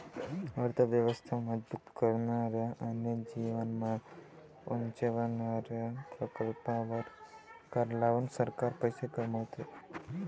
अर्थ व्यवस्था मजबूत करणाऱ्या आणि जीवनमान उंचावणाऱ्या प्रकल्पांवर कर लावून सरकार पैसे कमवते